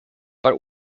but